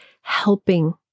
helping